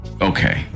okay